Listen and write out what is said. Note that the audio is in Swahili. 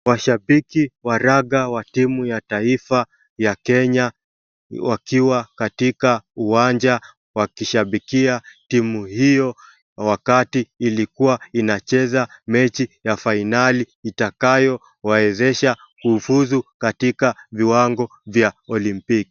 Mashabiki wa raga ya timu ya taifa ya Kenya wakiwa katika uwanja wakishabikia timu hiyo wakati ilikuwa inacheza mechi ya finali itakayo waezesha kufuzu katika viwango vya olimpiki.